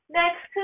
next